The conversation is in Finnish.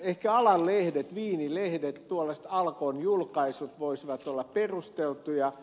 ehkä alan lehdet viinilehdet tuollaiset alkon julkaisut voisivat olla perusteltuja